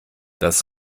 das